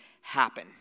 happen